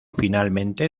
finalmente